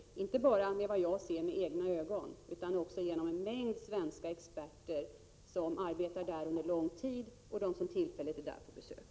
Det gäller inte bara vad jag ser med egna ögon utan också iakttagelser från en mängd svenska experter — både de som arbetat på platsen under lång tid och de som tillfälligt är där på besök.